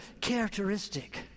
characteristic